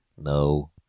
No